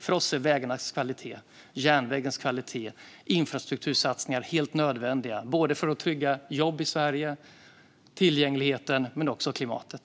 För oss är dock vägarnas kvalitet, järnvägens kvalitet och infrastruktursatsningar helt nödvändiga för att trygga jobb och tillgänglighet i Sverige men också klimatet.